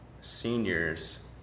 seniors